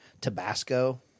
Tabasco